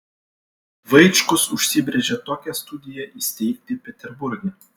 vaičkus užsibrėžė tokią studiją įsteigti peterburge